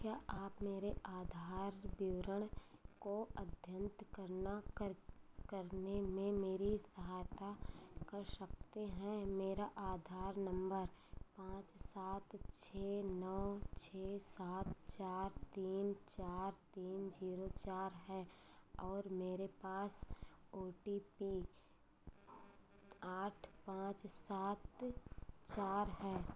क्या आप मेरे आधार विवरण को अद्यतन करना कर करने में मेरी सहायता कर सकते हैं मेरा आधार नम्बर पाँच सात छः नौ छः सात चार तीन चार तीन जीरो चार है और मेरे पास ओ टी पी आठ पाँच सात चार है